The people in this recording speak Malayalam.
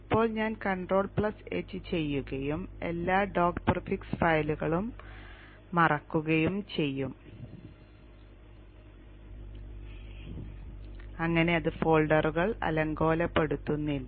ഇപ്പോൾ ഞാൻ കൺട്രോൾ H ചെയ്യുകയും എല്ലാ ഡോക് പ്രിഫിക്സ് ഫയലുകളും മറയ്ക്കുകയും ചെയ്യും അങ്ങനെ അത് ഫോൾഡറുകൾ അലങ്കോലപ്പെടുത്തില്ല